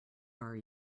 are